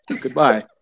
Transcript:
Goodbye